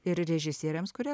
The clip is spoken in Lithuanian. ir režisieriams kurie